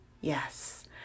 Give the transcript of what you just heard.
Yes